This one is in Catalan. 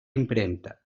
impremta